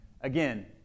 again